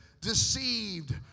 deceived